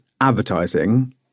advertising